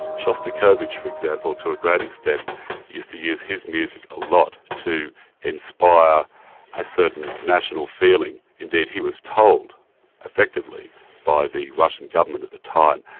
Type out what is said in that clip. shostakovich, for example, to a great extent used to use his music a lot to inspire a certain national feeling. indeed he was told effectively by the russian government at the time,